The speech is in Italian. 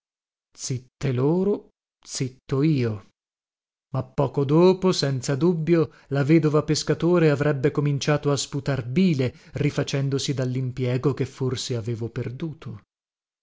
zitte loro zitto io ma poco dopo senza dubbio la vedova pescatore avrebbe cominciato a sputar bile rifacendosi dallimpiego che forse avevo perduto